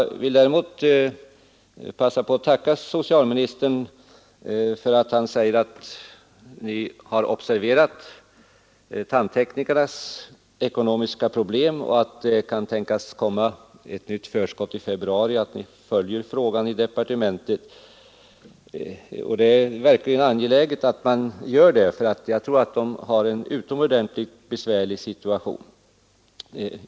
Jag vill däremot passa på att tacka socialministern för att han säger att han har observerat tandteknikernas ekonomiska problem, att det kan tänkas komma ett nytt förskott snart och att ni följer frågan i departementet. Det är verkligen angeläget att man gör det, för jag tror att de har en utomordentligt besvärlig situation.